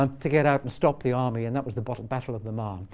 um to get out and stop the army. and that was the battle battle of the marne.